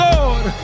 Lord